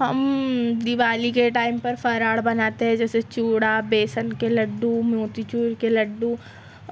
ہم دیوالی کے ٹائم پر فراڑ بناتے ہیں جیسے چوڑا بیسن کے لڈو موتی چور کے لڈو